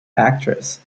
actress